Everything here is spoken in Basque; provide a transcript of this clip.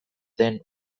den